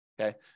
okay